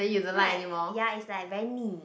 then like ya it's like very 腻